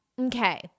okay